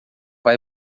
vai